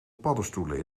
paddenstoelen